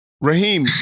Raheem